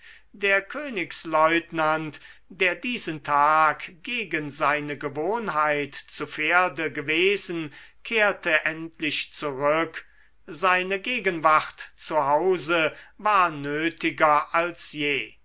der königslieutenant der diesen tag gegen seine gewohnheit zu pferde gewesen kehrte endlich zurück seine gegenwart zu hause war nötiger als je